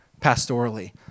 pastorally